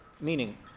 Meaning